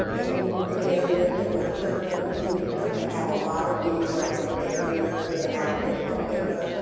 in these areas that we're serving, we certainly have a lot of geographic barriers and access to care.